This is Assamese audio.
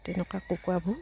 তেনেকুৱা কুকুৰাবোৰ